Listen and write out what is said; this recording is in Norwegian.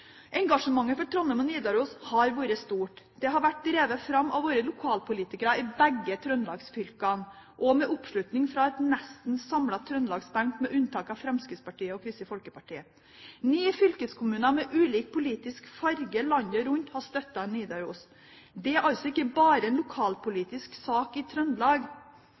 Engasjementet for Trondheim og Nidaros har vært stort. Det har vært drevet fram av våre lokalpolitikere i begge trøndelagsfylkene med oppslutning fra en nesten samlet trøndelagsbenk, med unntak av Fremskrittspartiet og Kristelig Folkeparti. Ni fylkeskommuner med ulik politisk farge landet rundt har støttet Nidaros. Det er altså ikke bare en lokalpolitisk sak i Trøndelag.